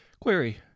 Query